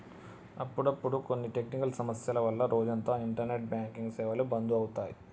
అప్పుడప్పుడు కొన్ని టెక్నికల్ సమస్యల వల్ల రోజంతా ఇంటర్నెట్ బ్యాంకింగ్ సేవలు బంధు అవుతాయి